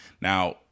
Now